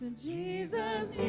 jesus